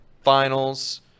finals